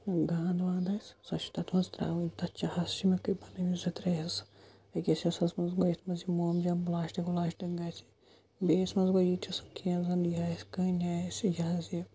گانٛد وانٛد آسہِ سۄ چھِ تَتھ منٛز ترٛاوٕنۍ تَتھ چاہَس چھِ مےٚ گٔدۍ بَنٲیمٕتۍ زٕ ترٛےٚ حظ أکِس حِصَس منٛز گوٚو یَتھ منٛز یہِ مومجام پٕلاسٹِک وٕلاسٹِک گژھِ بیٚیِس منٛز گوٚو یہِ تہِ سُہ کینٛہہ زَن یہِ آسہِ کٔنۍ آسہِ یہِ حظ یہِ